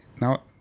Now